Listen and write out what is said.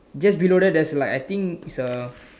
just below that there's like I think is a